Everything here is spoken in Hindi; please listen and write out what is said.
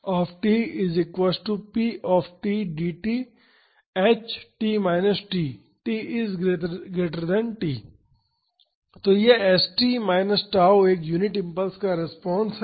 du pτd τ ht τ t τ तो यह h t माइनस tau एक यूनिट इम्पल्स का रिस्पांस है